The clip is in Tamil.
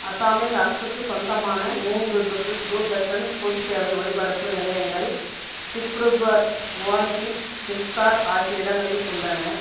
அசாமில் அரசுக்குச் சொந்தமான மூன்று தூர்தர்ஷன் பொதுச் சேவை ஒலிபரப்பு நிலையங்கள் திப்ருகர் குவாந்தி சில்சார் ஆகிய இடங்களில் உள்ளன